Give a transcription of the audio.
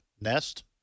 nest